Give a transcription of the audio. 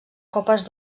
copes